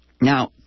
Now